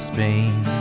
Spain